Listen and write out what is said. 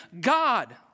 God